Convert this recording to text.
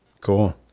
Cool